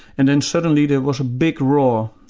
and then suddenly there was a big roar,